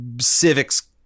civics